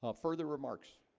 ah further remarks